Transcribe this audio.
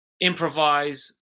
improvise